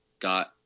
got